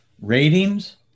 ratings